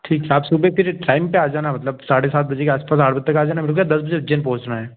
ठीक है आप सुबह फिर टाइम पर आ जाना मतलब साढ़े सात बजे के आस पास आठ बजे तक आ जाना मेरे को क्या दस बजे उज्जेन पहुँचना है